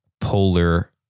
polar